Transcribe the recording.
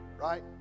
right